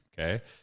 Okay